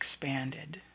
expanded